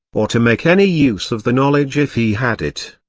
or to make any use of the knowledge if he had it?